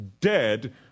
dead